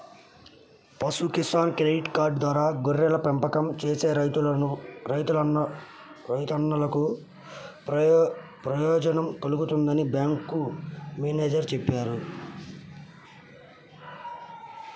పశు Kisan credit card ద్వారా గొర్రెల పెంపకం చేసే రైతన్నలకు ప్రయోజనం కల్గుతుందని బ్యాంకు మేనేజేరు చెప్పారు